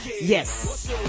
Yes